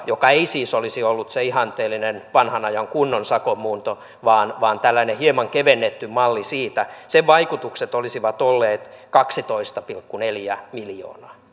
joka ei siis olisi ollut se ihanteellinen vanhan ajan kunnon sakon muunto vaan vaan tällainen hieman kevennetty malli siitä vaikutukset olisivat olleet kaksitoista pilkku neljä miljoonaa